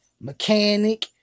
mechanic